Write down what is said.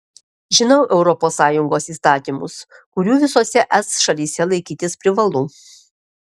žinau europos sąjungos įstatymus kurių visose es šalyse laikytis privalu